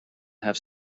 have